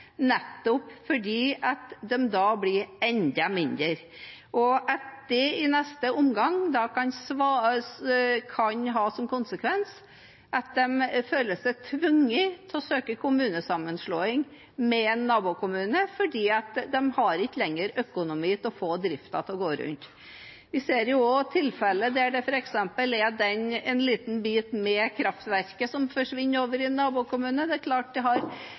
nettopp fordi de da blir enda mindre, og at det i neste omgang kan ha som konsekvens at de føler seg tvunget til å søke om kommunesammenslåing med en nabokommune, fordi de ikke lenger har økonomi til å få driften til å gå rundt. Vi ser også tilfeller der det f.eks. er en liten bit – med kraftverket – som forsvinner over til en nabokommune. Det er klart det har